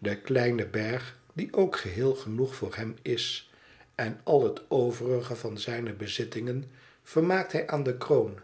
den kleinen berg die ook geheel genoeg voor hem is en al het overige van zijne bezittingen vermaakt hij aan de kroon